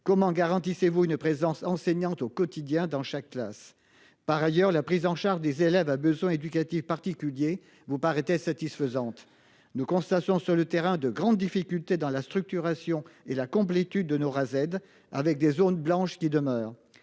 comment garantissez-vous une présence enseignante au quotidien dans chaque classe. Par ailleurs, la prise en charge des élèves à besoins éducatifs particuliers vous pas arrêter satisfaisante. Nous constatons sur le terrain de grandes difficultés dans la structuration et la complétude de nos Rased avec des zones blanches qui demeure